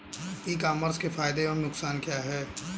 ई commerce के फायदे एवं नुकसान क्या हैं?